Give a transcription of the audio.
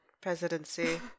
presidency